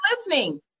listening